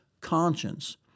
conscience